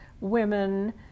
women